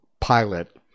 pilot